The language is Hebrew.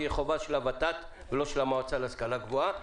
תהיה חובה של הות"ת ולא של המועצה להשכלה גבוהה,